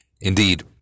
Indeed